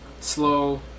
Slow